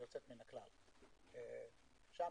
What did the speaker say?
שם,